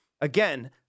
Again